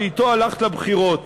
שאתו הלכת לבחירות,